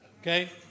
okay